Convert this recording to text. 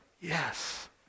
yes